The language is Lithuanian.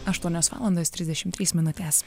aštuonios valandos trisdešim trys minutės